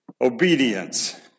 Obedience